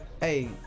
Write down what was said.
hey